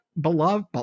beloved